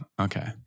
Okay